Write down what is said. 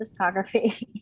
discography